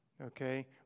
Okay